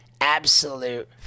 Absolute